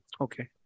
Okay